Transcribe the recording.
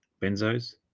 benzos